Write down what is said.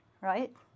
right